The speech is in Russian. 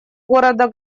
города